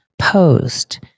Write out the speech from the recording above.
posed